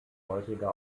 heutiger